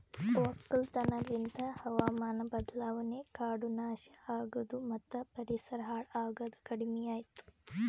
ಒಕ್ಕಲತನ ಲಿಂತ್ ಹಾವಾಮಾನ ಬದಲಾವಣೆ, ಕಾಡು ನಾಶ ಆಗದು ಮತ್ತ ಪರಿಸರ ಹಾಳ್ ಆಗದ್ ಕಡಿಮಿಯಾತು